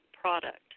product